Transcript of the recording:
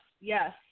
yes